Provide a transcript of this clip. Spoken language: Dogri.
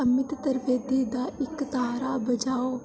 अमित त्रिवेदी दा इकतारा बजाओ